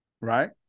right